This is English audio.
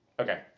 Okay